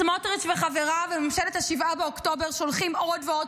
סמוטריץ' וחבריו בממשלת 7 באוקטובר שולחים עוד ועוד